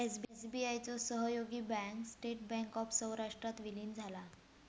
SBI चो सहयोगी bank state bank of सौराष्ट्रात विलीन झाला